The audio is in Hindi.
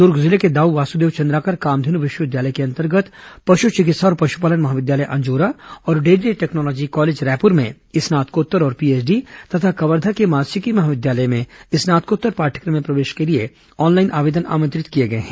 दुर्ग जिले के दाऊ वासुदेव चंद्राकर कामधेनु विश्वविद्यालय के अंतर्गत पशु चिकित्सा और पशुपालन महाविद्यालय अंजोरा और डेयरी टेक्नोलॉजी कॉलेज रायपुर में स्नातकोत्तर और पीएचडी तथा कवर्धा के मात्स्यिकी महाविद्यालय में स्नातकोत्तर पाठ्यक्रम में प्रवेश के लिए ऑनलाइन आवेदन आमंत्रित किए गए हैं